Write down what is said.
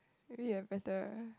maybe you are better